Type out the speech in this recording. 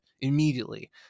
immediately